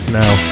now